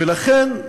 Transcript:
ולכן,